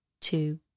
two